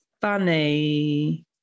Funny